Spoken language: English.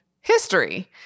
history